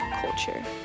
culture